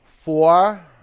Four